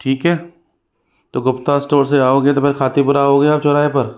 ठीक है तो गुप्ता स्टोर से आओगे तो फ़िर खातीपुरा आओगे आप चौराहे पर